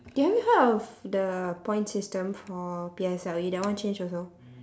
have you heard of the point system for P_S_L_E that one change also